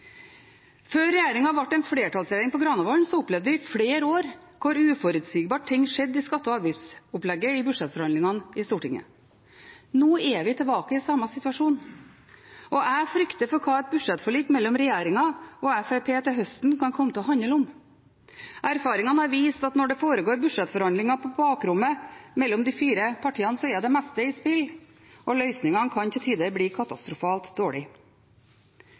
Før regjeringen ble en flertallsregjering på Granavolden, opplevde vi flere år hvor uforutsigbare ting skjedde i skatte- og avgiftsopplegget i budsjettforhandlingene i Stortinget. Nå er vi tilbake i samme situasjon, og jeg frykter for hva et budsjettforlik mellom regjeringen og Fremskrittspartiet til høsten kan komme til å handle om. Erfaringene har vist at når det foregår budsjettforhandlinger på bakrommet mellom de fire partiene, er det meste i spill, og løsningene kan til tider bli katastrofalt